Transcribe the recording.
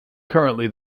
currently